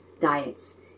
diets